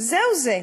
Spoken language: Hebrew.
זהו זה.